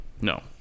No